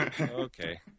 okay